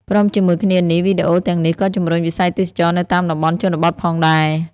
ព្រមជាមួយគ្នានេះ វីដេអូទាំងនេះក៏ជំរុញវិស័យទេសចរណ៍នៅតាមតំបន់ជនបទផងដែរ។